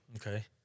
Okay